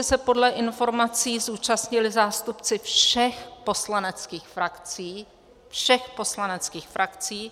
Schůzky se podle informací zúčastnili zástupci všech poslaneckých frakcí všech poslaneckých frakcí!